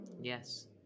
Yes